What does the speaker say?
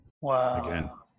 wow